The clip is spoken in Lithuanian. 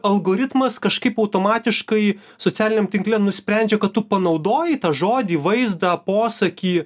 algoritmas kažkaip automatiškai socialiniam tinkle nusprendžia kad tu panaudoji tą žodį vaizdą posakį